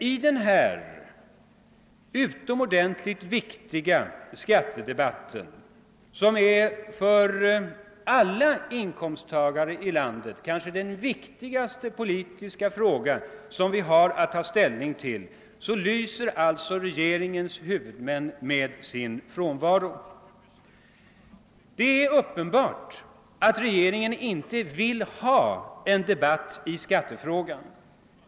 I den här utomordentligt viktiga skattedebatten, som kanske för alla inkomsttagare i landet är den viktigaste politiska fråga som vi har att ta ställning till, lyser alltså regeringens främsta företrädare med sin frånvaro. Det är uppenbart att regeringen inte vill ha en debatt i skattefrågan.